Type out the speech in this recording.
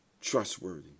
trustworthy